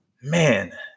man